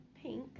pink